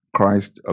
Christ